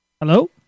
Hello